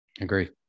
Agree